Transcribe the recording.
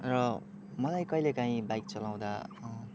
र मलाई कहिलेकाहीँ बाइक चलाउँदा